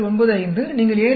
95 நீங்கள் 7